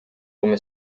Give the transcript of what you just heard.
come